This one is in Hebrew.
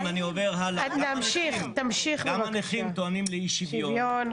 גם הנכים טוענים לאי שוויון,